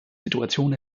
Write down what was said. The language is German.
situation